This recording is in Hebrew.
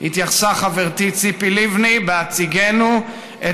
התייחסה חברתי ציפי לבני בהציגנו את